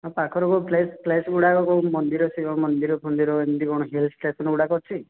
ଆମ ପାଖରେ କେଉଁ ପ୍ଲେସ୍ ପ୍ଲେସ୍ ଗୁଡ଼ାକ କେଉଁ ମନ୍ଦିର ଶିବ ମନ୍ଦିର ଫନ୍ଦିର ଏମିତି କ'ଣ ହିଲ୍ ଷ୍ଟେସନ୍ ଗୁଡ଼ାକ ଅଛି